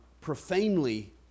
profanely